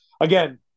again